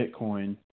bitcoin